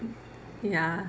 ya